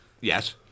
Yes